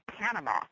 Panama